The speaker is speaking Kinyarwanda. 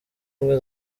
ubumwe